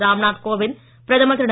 ராம்நாத் கோவிந்த் பிரதமர் திரு